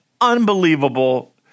unbelievable